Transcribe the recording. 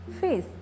face